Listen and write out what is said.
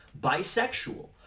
Bisexual